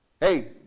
Hey